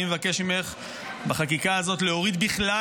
אני מבקש ממך בחקיקה הזאת להוריד בכלל,